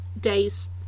days